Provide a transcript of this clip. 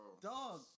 dog